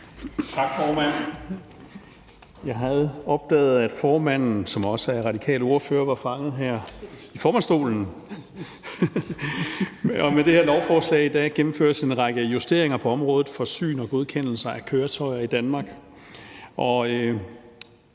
Tak, formand. Jeg havde opdaget, at formanden, som også er radikal ordfører, var fanget her i formandsstolen. Med det her lovforslag gennemføres en række justeringer på området for syn og godkendelse af køretøjer i Danmark. Det